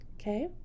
Okay